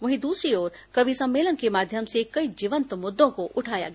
वहीं दूसरी ओर कवि सम्मेलन के माध्यम से कई जीवंत मुद्दों को उठाया गया